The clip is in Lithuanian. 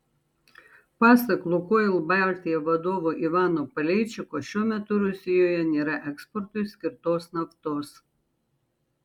pasak lukoil baltija vadovo ivano paleičiko šiuo metu rusijoje nėra eksportui skirtos naftos